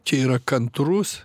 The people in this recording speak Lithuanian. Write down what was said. čia yra kantrus